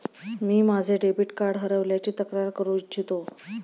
मी माझे debit card हरवल्याची तक्रार करू इच्छितो